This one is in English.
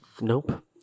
Nope